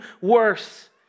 worse